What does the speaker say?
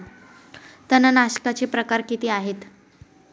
तणनाशकाचे प्रकार किती आहेत?